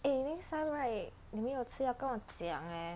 eh next time right 你没有吃药跟我讲 eh